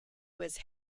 was